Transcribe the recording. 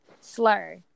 slur